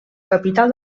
capital